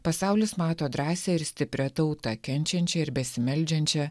pasaulis mato drąsią ir stiprią tautą kenčiančią ir besimeldžiančią